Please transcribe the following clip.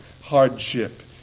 hardship